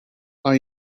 are